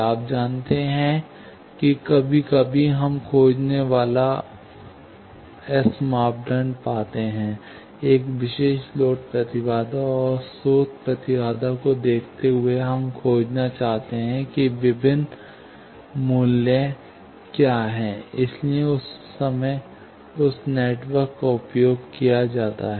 आप जानते हैं कि कभी कभी हम खोजने के बाद एस मापदंड पाते हैं एक विशेष लोड प्रतिबाधा और स्रोत प्रतिबाधा को देखते हुए हम खोजना चाहते हैं कि विभिन्न मूल्य क्या हैं इसलिए उस समय इस नेटवर्क का उपयोग किया जाता है